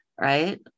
right